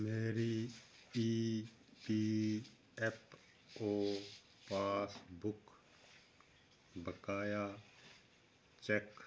ਮੇਰੀ E P F O passbook ਬਕਾਇਆ check